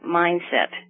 mindset